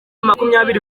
makumyabiri